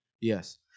Yes